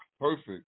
perfect